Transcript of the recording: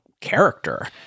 character